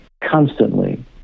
constantly